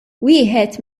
wieħed